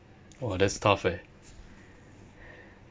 !wah! that's tough eh